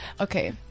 Okay